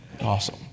awesome